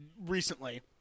recently